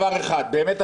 באמת,